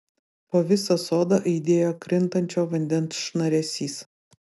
po visą sodą aidėjo krintančio vandens šnaresys